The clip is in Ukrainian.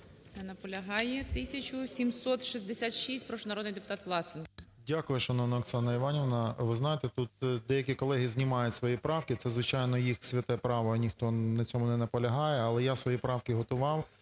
Дякую, шановна Оксана Іванівна. Ви знаєте, тут деякі колеги знімають свої правки. Це, звичайно, їх святе право і ніхто на цьому не наполягає. Але я свої правки готував